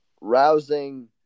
rousing